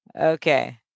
Okay